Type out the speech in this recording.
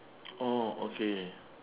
oh okay